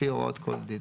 לפי הוראות כל דין.